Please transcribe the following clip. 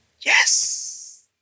Yes